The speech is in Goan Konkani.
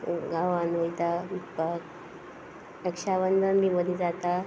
गांवान वयता विकपाक रक्षाबंधन बी मदीं जाता